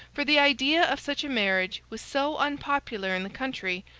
for the idea of such a marriage was so unpopular in the country,